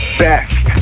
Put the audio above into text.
best